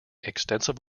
extensive